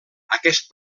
aquest